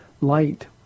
light